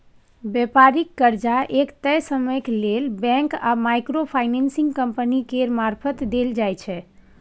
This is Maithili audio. बेपारिक कर्जा एक तय समय लेल बैंक आ माइक्रो फाइनेंसिंग कंपनी केर मारफत देल जाइ छै